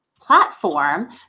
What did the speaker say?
platform